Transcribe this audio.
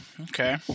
Okay